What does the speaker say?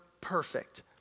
perfect